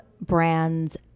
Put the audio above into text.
brands